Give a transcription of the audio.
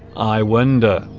i wonder